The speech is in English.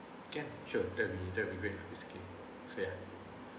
can sure that will be that will be great basically so ya